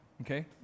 Okay